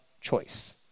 choice